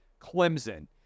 Clemson